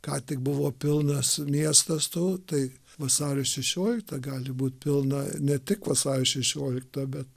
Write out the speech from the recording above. ką tik buvo pilnas miestas tų tai vasario šešioliktą gali būt pilna ne tik vasario šešiolikta bet